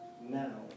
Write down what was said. now